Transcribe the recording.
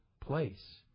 place